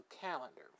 calendar